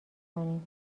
کنیم